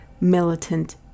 militant